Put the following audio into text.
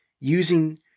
Using